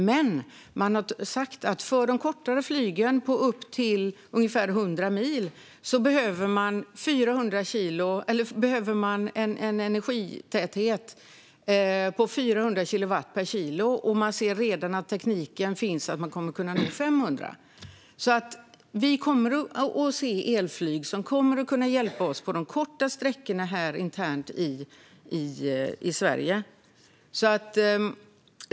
Men man har sagt att för de kortare flygresorna på upp till ungefär 100 mil behöver man en energitäthet på 400 kilowatt per kilo, och vi ser redan att tekniken finns för att nå 500 kilowatt. Vi kommer att se elflyg som kan hjälpa oss på de korta sträckorna internt här i Sverige.